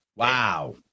Wow